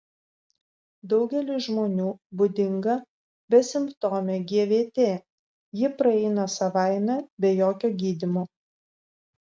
daugeliui žmonių būdinga besimptomė gvt ji praeina savaime be jokio gydymo